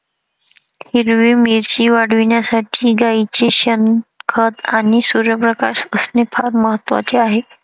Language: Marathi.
हिरवी मिरची वाढविण्यासाठी गाईचे शेण, खत आणि सूर्यप्रकाश असणे फार महत्वाचे आहे